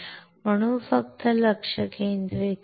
म्हणून फक्त लक्ष केंद्रित करा